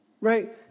right